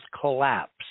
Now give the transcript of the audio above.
collapse